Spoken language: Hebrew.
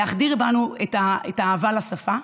להחדיר בנו את האהבה לשפה.